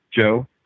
Joe